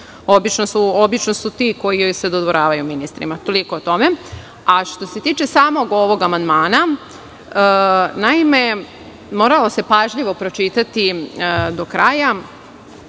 Obično su ti koji se dodvoravaju ministrima. Toliko o tome. Što se tiče samog ovog amandmana, naime, moralo se pažljivo pročitati do kraja,